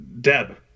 Deb